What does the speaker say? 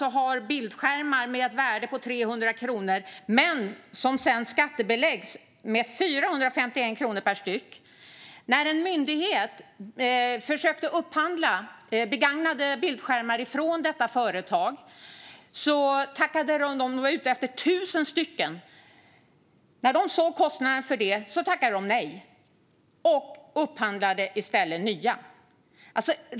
De har bildskärmar med ett värde på 300 kronor som sedan skattebeläggs med 451 kronor per styck. En myndighet försökte upphandla begagnade bildskärmar från detta företag - de var ute efter 1 000 bildskärmar - men när de såg kostnaden för det tackade de nej och upphandlade i stället nya bildskärmar.